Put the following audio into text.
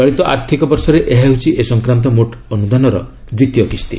ଚଳିତ ଆର୍ଥିକ ବର୍ଷରେ ଏହା ହେଉଛି ଏ ସଂକ୍ରାନ୍ତ ମୋଟ୍ ଅନୁଦାନର ଦ୍ୱିତୀୟ କିସ୍ତି